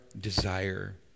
desire